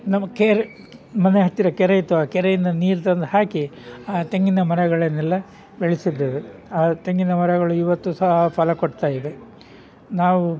ನಮ್ಮ ಕೇರ್ ಮನೆ ಹತ್ತಿರ ಕೆರೆ ಇತ್ತು ಆ ಕೆರೆಯಿಂದ ನೀರು ತಂದು ಹಾಕಿ ಆ ತೆಂಗಿನ ಮರಗಳನ್ನೆಲ್ಲ ಬೆಳೆಸಿದ್ದೆವು ಆ ತೆಂಗಿನ ಮರಗಳು ಇವತ್ತು ಸಹ ಫಲ ಕೊಡ್ತಾಯಿದೆ ನಾವು